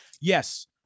Yes